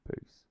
Peace